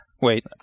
Wait